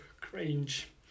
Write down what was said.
cringe